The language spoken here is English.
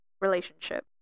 relationship